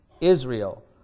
Israel